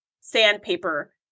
sandpaper